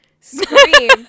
scream